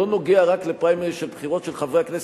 לא נוגע רק לפריימריז של בחירות של חברי הכנסת,